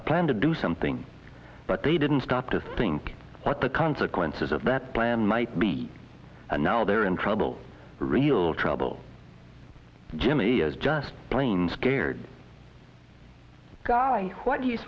a plan to do something but they didn't stop to think what the consequences of that plan might be and now they're in trouble real trouble jimmie is just plain scared guy what